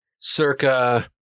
circa